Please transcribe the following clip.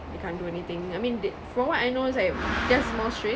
they can't do anything I mean they from what I know it's like theirs more strict